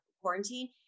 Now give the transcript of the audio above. quarantine